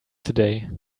today